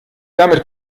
damit